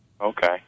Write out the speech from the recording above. Okay